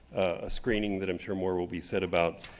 a screening that i'm sure more will be said about,